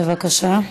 בבקשה.